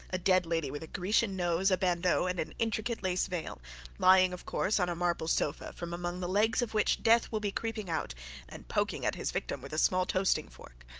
a dead lady with a grecian nose, a bandeau, and an intricate lace veil lying of course on a marble sofa, from among the legs of which death will be creeping out and poking at his victim with a small toasting-fork